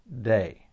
day